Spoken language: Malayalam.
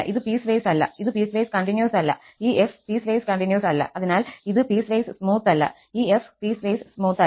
ഇത് പീസ്വൈസ് അല്ല ഇത് പീസ്വൈസ് കണ്ടിന്യൂസ് അല്ല ഈ f പീസ്വൈസ് കണ്ടിന്യൂസ് അല്ല അതിനാൽ ഇത് പീസ്വൈസ് സ്മൂത്ത് അല്ല ഈ f പീസ്വൈസ് സ്മൂത്ത് അല്ല